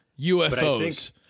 UFOs